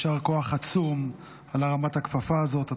יישר כוח עצום על הרמת הכפפה הזאת.